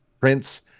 Prince